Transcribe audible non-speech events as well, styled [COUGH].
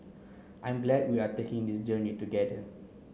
I'm glad we are taking this journey together [NOISE]